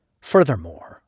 Furthermore